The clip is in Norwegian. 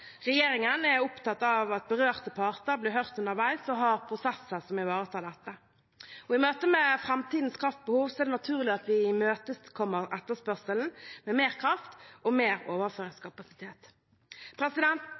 Regjeringen er opptatt av at berørte parter blir hørt underveis, og har prosesser som ivaretar dette. I møte med framtidens kraftbehov er det naturlig at vi imøtekommer etterspørselen med mer kraft og mer